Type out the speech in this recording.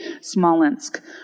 Smolensk